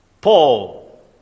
Paul